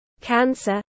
cancer